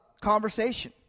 conversation